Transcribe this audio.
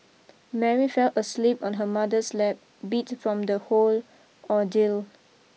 Mary fell asleep on her mother's lap beat from the whole ordeal